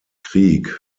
krieg